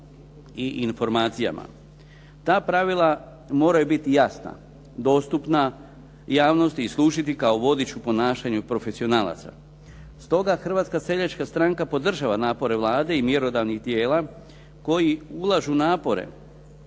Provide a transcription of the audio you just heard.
i informacijama. Ta pravila moraju biti jasna, dostupna javnosti i služiti kao vodič u ponašanju profesionalaca. Stoga Hrvatska seljačka stranka podržava napore Vlade i mjerodavnih tijela koji ulažu napore